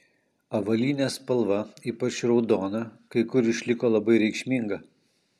avalynės spalva ypač raudona kai kur išliko labai reikšminga